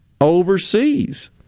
overseas